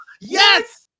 Yes